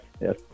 Yes